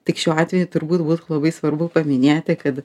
tik šiuo atveju turbūt būtų labai svarbu paminėti kad